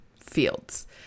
fields